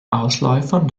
ausläufern